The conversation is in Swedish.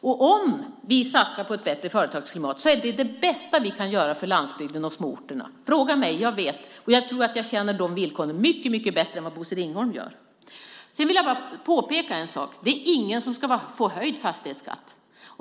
Och att satsa på ett bättre företagsklimat är det bästa vi kan göra för landsbygden och småorterna. Fråga mig - jag vet. Och jag tror att jag känner till de villkoren mycket bättre än vad Bosse Ringholm gör. Sedan vill jag bara påpeka en sak. Det är ingen som ska få höjd fastighetsskatt.